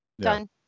done